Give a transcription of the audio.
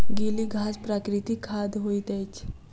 गीली घास प्राकृतिक खाद होइत अछि